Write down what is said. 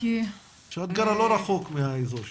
את גרה לא רחוק מהאזור שם.